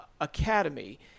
Academy